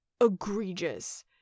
egregious